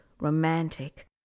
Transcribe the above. romantic